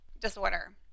disorder